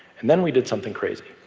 and then we did something crazy.